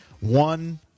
one